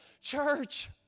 Church